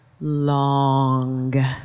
long